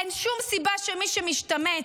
אין שום סיבה שמי שמשתמט,